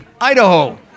Idaho